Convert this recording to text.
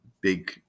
big